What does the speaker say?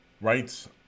rights